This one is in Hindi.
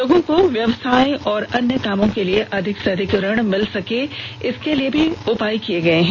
लोगों को व्यवसाय व अन्य कामों के लिए अधिक से अधिक ऋण मिल सके इसके लिए भी उपाय किये गये हैं